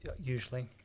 usually